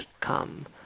come